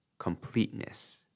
completeness